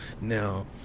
Now